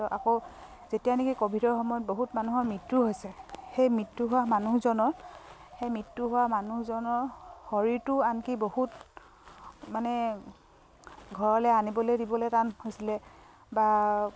ত' আকৌ যেতিয়া নেকি ক'ভিডৰ সময়ত বহুত মানুহৰ মৃত্যু হৈছে সেই মৃত্যু হোৱা মানুহজনৰ সেই মৃত্যু হোৱা মানুহজনৰ শৰীৰটো আনকি বহুত মানে ঘৰলৈ আনিবলে দিবলৈ টান হৈছিলে বা